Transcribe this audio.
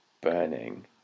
burning